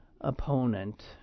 opponent